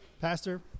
Pastor